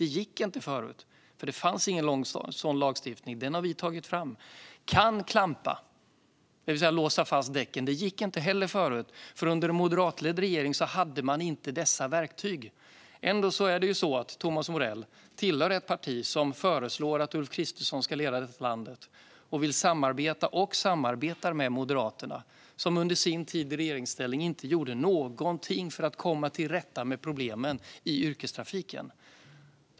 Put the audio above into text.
Det gick inte tidigare, för det fanns ingen sådan lagstiftning. Den har vi tagit fram. Man kan klampa, det vill säga låsa fast däcken. Det gick inte heller förut, för under en moderatledd regering hade man inte dessa verktyg. Ändå hör Thomas Morell till ett parti som föreslår att Ulf Kristersson ska leda landet, och han vill samarbeta med, och samarbetar med, Moderaterna, som under sin tid i regeringsställning inte gjorde någonting för att komma till rätta med problemen i yrkestrafiken.